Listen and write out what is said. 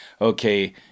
okay